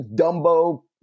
Dumbo